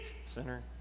Sinner